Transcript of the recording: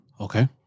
Okay